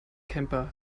camper